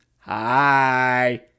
Hi